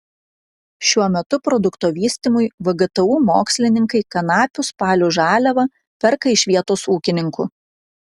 šiuo metu produkto vystymui vgtu mokslininkai kanapių spalių žaliavą perka iš vietos ūkininkų